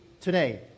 today